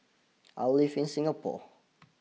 I live in Singapore